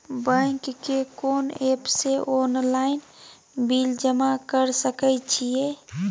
Bank के कोन app से ऑनलाइन बिल जमा कर सके छिए?